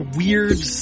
weird